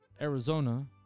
Arizona